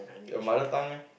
your mother time leh